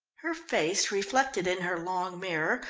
her face, reflected in her long mirror,